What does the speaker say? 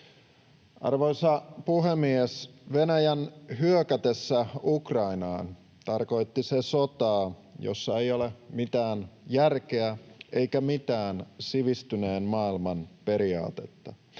Arvoisa puhemies! Venäjän hyökätessä Ukrainaan tarkoitti se sotaa, jossa ei ole mitään järkeä eikä mitään sivistyneen maailman periaatetta.